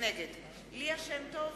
נגד ליה שמטוב,